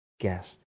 guest